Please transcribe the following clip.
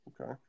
Okay